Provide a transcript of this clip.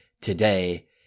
today